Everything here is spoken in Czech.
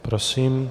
Prosím.